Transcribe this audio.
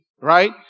right